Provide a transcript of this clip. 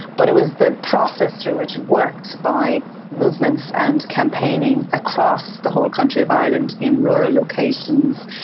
but it was the process through which it worked, by movements and campaigning across the whole country of ireland in rural locations,